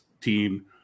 team